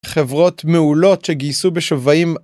חברות מעולות שגייסו בשוויים.